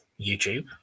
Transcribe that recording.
YouTube